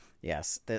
Yes